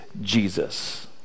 Jesus